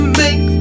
make